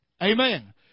Amen